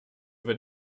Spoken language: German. wir